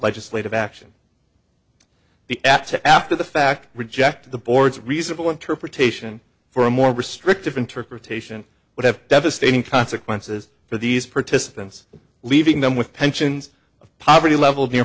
legislative action the act to after the fact reject the board's reasonable interpretation for a more restrictive interpretation would have devastating consequences for these participants leaving them with pensions of poverty level of near